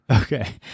Okay